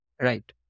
Right